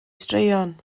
straeon